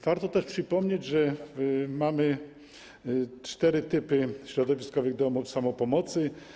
Warto też przypomnieć, że mamy cztery typy środowiskowych domów samopomocy.